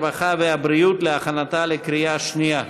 הרווחה והבריאות להכנתה לקריאה שנייה.